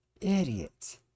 Idiot